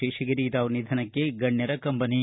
ಶೇಷಗಿರಿರಾವ್ ನಿಧನಕ್ಕೆ ಗಣ್ಣರ ಕಂಬನಿ